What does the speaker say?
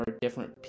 different